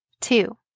Two